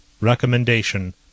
Recommendation